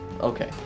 Okay